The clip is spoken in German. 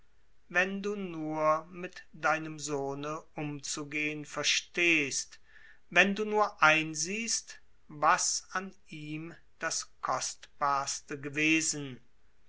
wenn du nur mit deinem sohne umzugehen verstehst wenn du nur einsiehst was an ihm das kostbarste gewesen